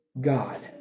God